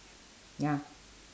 ya